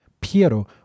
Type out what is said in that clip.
Piero